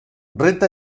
renta